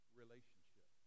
relationship